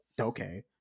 okay